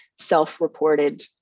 self-reported